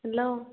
hello